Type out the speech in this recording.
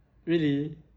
really